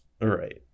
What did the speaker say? right